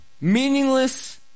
meaningless